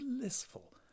blissful